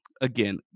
again